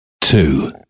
two